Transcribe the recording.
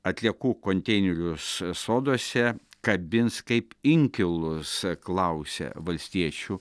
atliekų konteinerius soduose kabins kaip inkilus klausia valstiečių